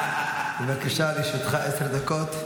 בבקשה, לרשותך עשר דקות.